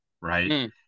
right